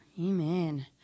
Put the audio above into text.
amen